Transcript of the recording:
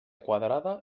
quadrada